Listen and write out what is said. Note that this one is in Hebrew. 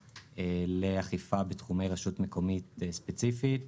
לאכיפה בתחומי רשות מקומית ספציפית.